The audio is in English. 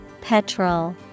Petrol